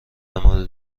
مورد